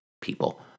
people